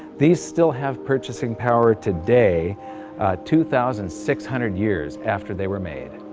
these still have purchasing power today two thousand six hundred years after they were made.